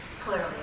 clearly